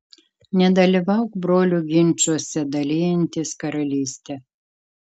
nedalyvauk brolių ginčuose dalijantis karalystę